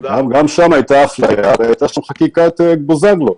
גם שם הייתה חקיקת בוזגלו.